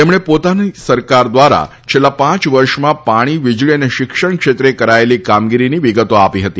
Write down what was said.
તેમણે પોતાની સરકાર દ્વારા છેલ્લા પાંચ વર્ષમાં પાણી વિજળી અને શિક્ષણ ક્ષેત્રે કરાયેલી કામગીરીની વિગતો આપી હતી